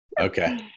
Okay